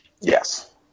yes